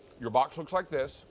your box looks like this,